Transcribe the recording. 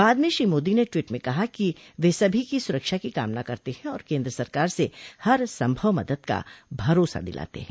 बाद में श्री मोदी ने टवीट में कहा कि वे सभी की सुरक्षा की कामना करते हैं और केन्द्र सरकार से हर संभव मदद का भरोसा दिलाते हैं